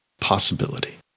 possibility